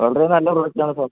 വളരെ നല്ല പ്രൊഡക്റ്റാണ് സാർ